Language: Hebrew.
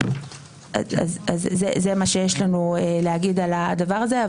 זה מה שיש לנו לומר על הדבר הזה.